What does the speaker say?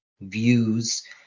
views